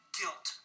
guilt